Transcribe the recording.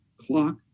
clock